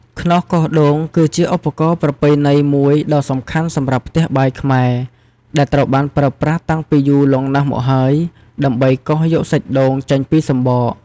ខ្នោសកោសដូង គឺជាឧបករណ៍ប្រពៃណីមួយដ៏សំខាន់សម្រាប់ផ្ទះបាយខ្មែរ ដែលត្រូវបានប្រើប្រាស់តាំងពីយូរលង់ណាស់មកហើយ ដើម្បីកោសយកសាច់ដូងចេញពីសម្បក។